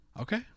okay